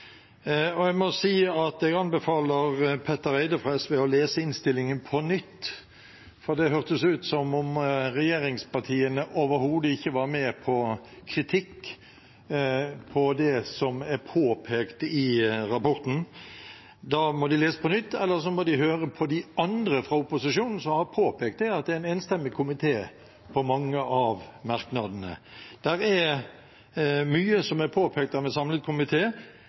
nytt, for det hørtes ut som om regjeringspartiene overhodet ikke var med på kritikk, på det som er påpekt i rapporten. Da må de lese på nytt, eller så må de høre på de andre fra opposisjonen som har påpekt at det er en enstemmig komité bak mange av merknadene. Det er mye som er påpekt av en samlet